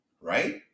right